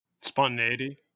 Spontaneity